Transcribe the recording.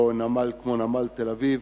או כמו בנמל תל-אביב,